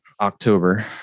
October